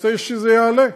רוצים שזה יעלה.